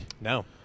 No